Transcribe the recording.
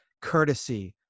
courtesy